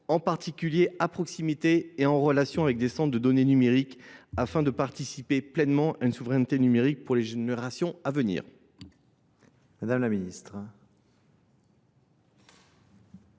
en particulier à proximité et en relation avec des centres de données numériques, afin de participer pleinement à une souveraineté numérique pour les générations à venir